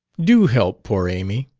do help poor amy,